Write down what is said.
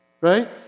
Right